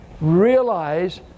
realize